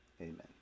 Amen